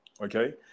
Okay